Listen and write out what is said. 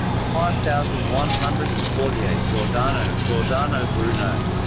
five thousand one hundred and forty eight giordano giordano but you know